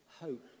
hope